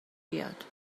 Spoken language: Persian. بیاد